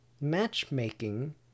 matchmaking